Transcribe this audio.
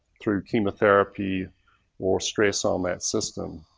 through chemotherapy or stress on that system.